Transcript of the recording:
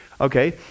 okay